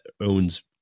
owns